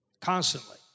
constantly